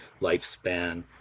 lifespan